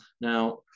Now